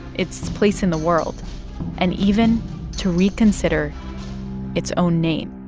its place in the world and even to reconsider its own name